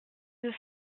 deux